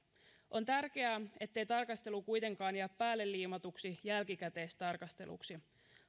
on tärkeää ettei tarkastelu kuitenkaan jää päälle liimatuksi jälkikäteistarkasteluksi